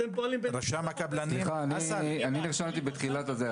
סליחה, אני ביקשתי להתייחס.